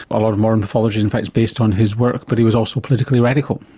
a lot of modern pathology in fact is based on his work, but he was also politically radical.